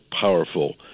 powerful